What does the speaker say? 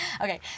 Okay